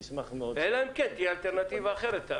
אלא אם כן תהיה אלטנטיבה אחרת.